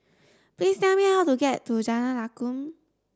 please tell me how to get to Jalan Lakum